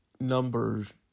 numbers